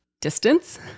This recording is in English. distance